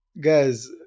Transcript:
guys